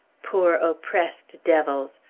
poor oppressed devils!